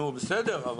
נו בסדר,